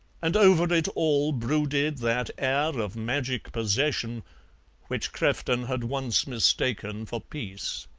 and over it all brooded that air of magic possession which crefton had once mistaken for peace.